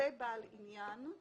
לגבי בעל עניין.